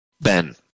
Ben